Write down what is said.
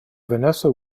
vanessa